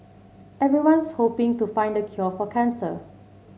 everyone's hoping to find the cure for cancer